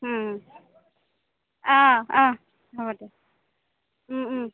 অঁ অঁ হ'ব দিয়ক